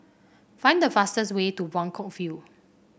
find the fastest way to Buangkok View